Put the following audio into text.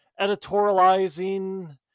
editorializing